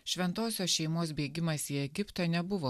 šventosios šeimos bėgimas į egiptą nebuvo